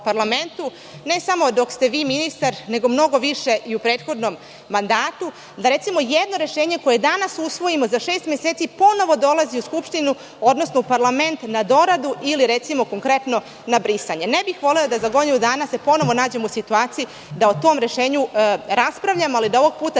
ne samo dok ste vi ministar, nego mnogo više i u prethodnom mandatu, da recimo jedno rešenje koje danas usvojimo za šest meseci ponovo dolazi u Skupštinu, odnosno u parlament na doradu ili na brisanje. Ne bih volela da za godinu dana se ponovo nađemo u situaciji da o tom rešenju raspravljamo, ali da ovoga puta